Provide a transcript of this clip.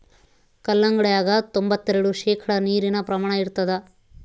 ಕಲ್ಲಂಗಡ್ಯಾಗ ತೊಂಬತ್ತೆರೆಡು ಶೇಕಡಾ ನೀರಿನ ಪ್ರಮಾಣ ಇರತಾದ